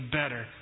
better